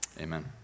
Amen